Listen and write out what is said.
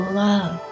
love